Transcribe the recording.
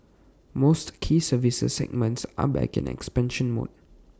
most key services segments are back in expansion mode